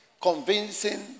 convincing